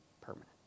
permanent